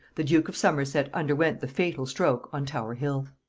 the duke of somerset underwent the fatal stroke on tower-hill.